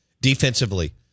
Defensively